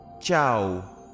ciao